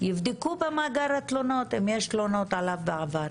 יבדקו במאגר התלונות אם יש עליו תלונות בעבר.